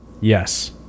Yes